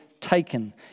taken